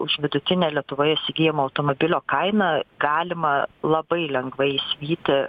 už vidutinę lietuvoje įsigyjamo automobilio kainą galima labai lengvai įsigyti